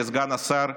לסגן השר,